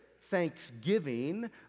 thanksgiving